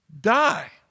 die